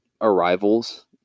arrivals